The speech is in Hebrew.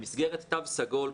במסגרת תו סגול,